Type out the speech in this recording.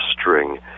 string